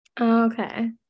okay